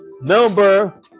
number